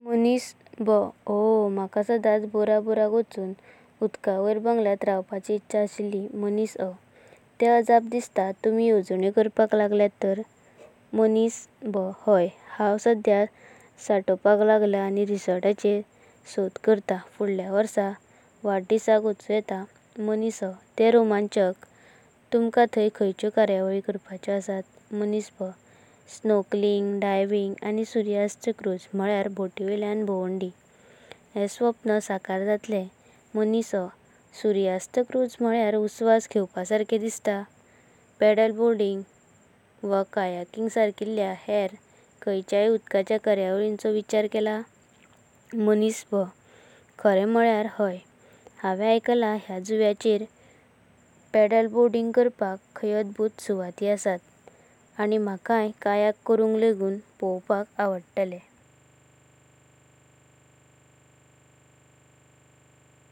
माणिस बा मला सादांचा बोरा बोरक वाचुन उदक वायल्या बंगल्यांत रवपाची इच्छा अशीली। माणिस अ ते अजपा दिसता! तुम्ही येवजण्यो करपाक लागत तर? माणिस बा हय, हांव सातवपाक लागला आनी रिसोर्टांचेर शोद करतां फुडल्या वार्सा वडदिसाक वाचून येता। माणिस अ ते रोमांचक! तुम्हका थयां खाण्याचे कार्यावली करपाचे असता। माणिस बा स्नॉर्कलिंग, डायविंग, आनी सूर्यास्त क्रूज (म्हल्यार बोटीतल्यां भोंवंडी) हे सापना साकार जातलं! माणिस अ सूर्यास्ताचो क्रूज म्हल्यर उसवास घेवपाचो सरको दिसता! पदलबोर्डिंग व कायकिंग सरकील्या हेरां। खाणाचाया उदकाच्या कार्यावलींचो विचार केला? माणिस बा खरे म्हल्यर, हय! हांव आयकला ह्या जुव्याचेर पदलबोर्डिंग करपाक काय अद्भुत सुवाती असता। आनी म्हकाय कायक करुन लेगून पळवपाक आवडतलं।